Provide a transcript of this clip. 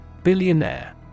Billionaire